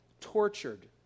tortured